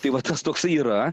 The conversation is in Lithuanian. tai vat tas toks yra